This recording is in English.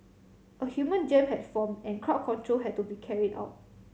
a human jam had formed and crowd control had to be carried out